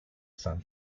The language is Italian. san